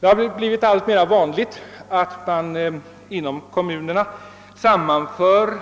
Det har blivit alltmer vanligt att kommuner sammanför